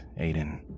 Aiden